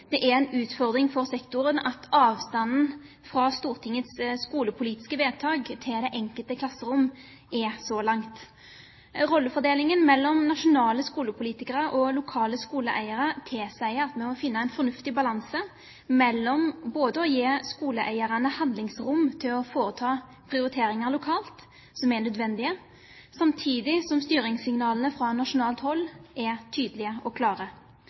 Det er en utfordring for sektoren at avstanden fra Stortingets skolepolitiske vedtak til det enkelte klasserom er så lang. Rollefordelingen mellom nasjonale skolepolitikere og lokale skoleeiere tilsier at vi må finne en fornuftig balanse mellom å gi skoleeierne handlingsrom til å foreta nødvendige prioriteringer lokalt, samtidig som styringssignalene fra nasjonalt hold er tydelige og klare.